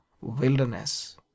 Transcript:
wilderness